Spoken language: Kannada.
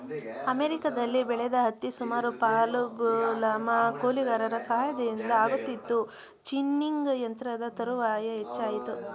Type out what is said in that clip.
ಅಮೆರಿಕದಲ್ಲಿ ಬೆಳೆದ ಹತ್ತಿ ಸುಮಾರು ಪಾಲು ಗುಲಾಮ ಕೂಲಿಗಾರರ ಸಹಾಯದಿಂದ ಆಗುತ್ತಿತ್ತು ಜಿನ್ನಿಂಗ್ ಯಂತ್ರದ ತರುವಾಯ ಹೆಚ್ಚಾಯಿತು